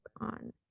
on